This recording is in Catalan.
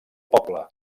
poble